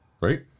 right